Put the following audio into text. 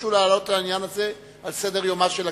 שביקשו להעלות את העניין הזה על סדר-יומה של הכנסת.